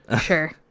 Sure